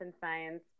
science